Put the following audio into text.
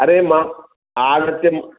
अरे मा आगत्य म्